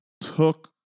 took